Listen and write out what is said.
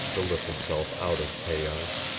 to lift himself out of chaos.